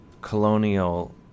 colonial